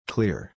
Clear